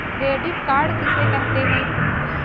Credit card किसे कहते हैं?